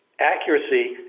accuracy